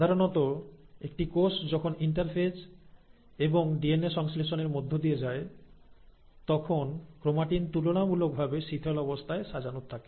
সাধারণত একটি কোষ যখন ইন্টারফেজ এবং ডিএনএ সংশ্লেষণের মধ্য দিয়ে যায় তখন ক্রোমাটিন তুলনামূলকভাবে শিথিল অবস্থায় সাজানো থাকে